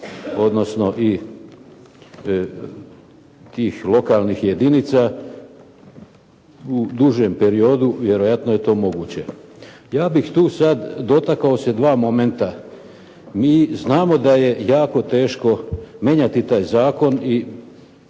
odnosno tih lokalnih jedinica u dužem periodu vjerojatno je to moguće. Ja bih tu sada dotakao se dva momenta. Mi znamo da je jako teško mijenjati taj zakon i